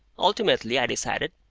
ultimately i decided,